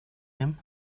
him